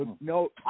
no